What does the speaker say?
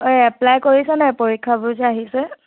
অই এপ্লাই কৰিছ নাই পৰীক্ষাবোৰ যে আহিছে